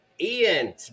ian